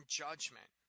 judgment